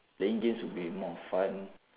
then games will be more fun